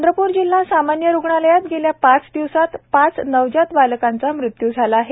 चंद्रप्र जिल्हा सामान्य रुग्णालयात गेल्या पाच दिवसात पाच नवजात बालकांचा मृत्यू झाले आहेत